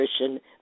nutrition